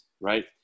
right